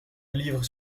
livre